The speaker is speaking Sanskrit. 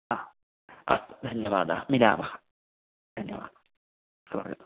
ह अस्तु धन्यवादः मिलामः धन्यवादः स्वागतम्